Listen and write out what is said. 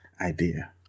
Idea